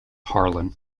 harlan